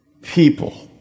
People